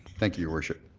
thank you, your worship.